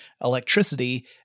electricity